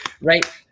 Right